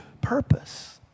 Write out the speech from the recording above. purpose